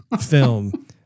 film